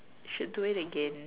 should do it again